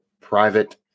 private